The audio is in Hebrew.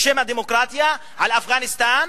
בשם הדמוקרטיה, על אפגניסטן.